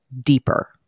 deeper